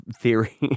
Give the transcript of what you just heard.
theory